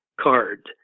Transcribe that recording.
card